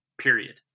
period